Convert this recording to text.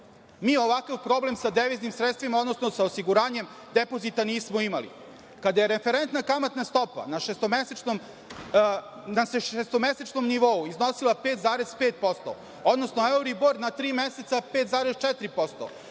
mi ovakav problem sa deviznim sredstvima, odnosno sa osiguranjem depozita nismo imali. Kada je referentna kamatna stopa na šestomesečnom nivou iznosila 5,5% odnosno euribor na tri meseca 5,4%,